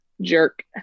jerk